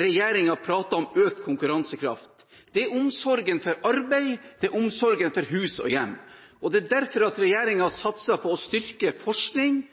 regjeringen prater om økt konkurransekraft. Det er omsorgen for arbeid, det er omsorgen for hus og hjem. Det er derfor regjeringen satser på å styrke forskning,